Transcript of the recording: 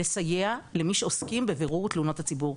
לסייע למי שעוסקים בבירור תלונות הציבור.